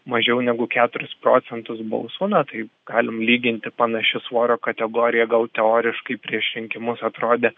mažiau negu keturis procentus balsų na tai galim lyginti panaši svorio kategorija gal teoriškai prieš rinkimus atrodė